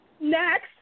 next